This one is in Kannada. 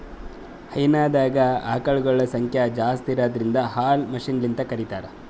ಹೈನಾದಾಗ್ ಆಕಳಗೊಳ್ ಸಂಖ್ಯಾ ಜಾಸ್ತಿ ಇರದ್ರಿನ್ದ ಹಾಲ್ ಮಷಿನ್ಲಿಂತ್ ಕರಿತಾರ್